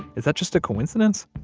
is that just a coincidence?